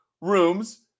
rooms